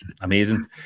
Amazing